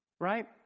Right